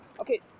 Okay